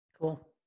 Cool